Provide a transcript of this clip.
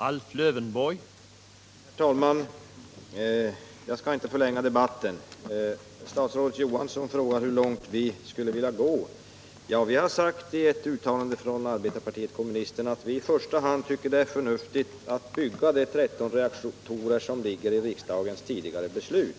Herr talman! Jag skall inte mycket förlänga debatten, men statsrådet Johansson frågade hur långt vi skulle vilja gå. I ett uttalande från arbetarpartiet kommunisterna har vi sagt att vi tycker det är förnuftigt att i första hand bygga de 13 reaktorer som fastlagts i riksdagens tidigare beslut